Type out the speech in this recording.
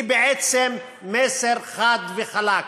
היא בעצם מסר חד וחלק: